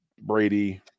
Brady